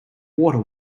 water